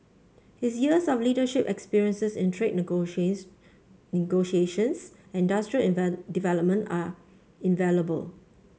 his years of leadership experience in trade negotiations negotiations industrial invent development are invaluable